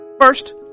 First